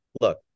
look